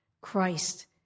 Christ